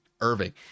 Irving